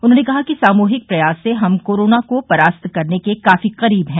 उन्होंने कहा कि सामूहिक प्रयास से हम कोरोना को परास्त करने के काफी करीब है